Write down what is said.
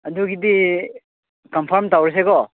ꯑꯗꯨꯒꯤꯗꯤ ꯀꯟꯐꯥꯝ ꯇꯧꯔꯁꯦꯀꯣ